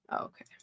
Okay